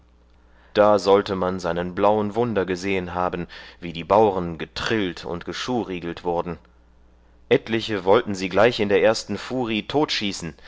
da sollte man seinen blauen wunder gesehen haben wie die bauren getrillt und geschurigelt wurden etliche wollten sie gleich in der ersten furi totschießen